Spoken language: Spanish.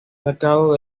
sacado